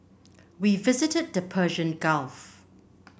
we visited the Persian Gulf